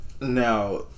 Now